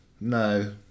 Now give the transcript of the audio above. No